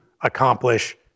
accomplish